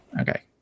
Okay